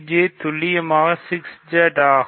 J துல்லியமாக 6 Z ஆகும்